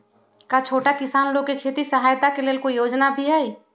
का छोटा किसान लोग के खेती सहायता के लेंल कोई योजना भी हई?